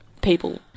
people